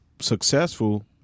successful